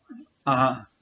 (uh huh)